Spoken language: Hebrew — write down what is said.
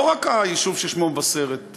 לא רק היישוב ששמו מבשרת,